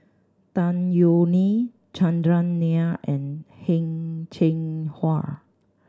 Tan Yeok Nee Chandran Nair and Heng Cheng Hwa